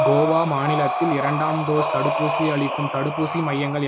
கோவா மாநிலத்தில் இரண்டாம் டோஸ் தடுப்பூசி அளிக்கும் தடுப்பூசி மையங்கள் யா